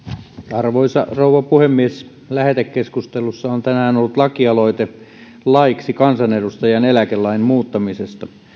arvoisa rouva puhemies lähetekeskustelussa on tänään ollut lakialoite laiksi kansanedustajain eläkelain muuttamisesta